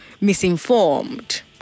misinformed